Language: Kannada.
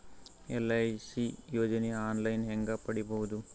ಎಲ್.ಐ.ಸಿ ಯೋಜನೆ ಆನ್ ಲೈನ್ ಹೇಂಗ ಪಡಿಬಹುದು?